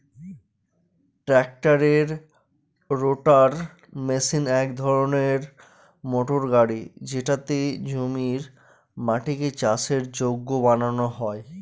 ট্রাক্টরের rotavator machine এক ধরনের মোটর গাড়ি যেটাতে জমির মাটিকে চাষের যোগ্য বানানো হয়